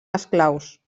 esclaus